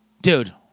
Dude